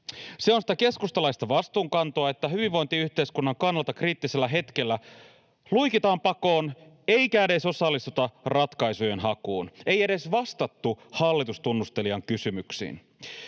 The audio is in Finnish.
Se on sitä keskustalaista vastuunkantoa, että hyvinvointiyhteiskunnan kannalta kriittisellä hetkellä luikitaan pakoon eikä edes osallistuta ratkaisujen hakuun, ei edes vastattu hallitustunnustelijan kysymyksiin.